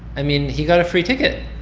i mean, he got a free ticket.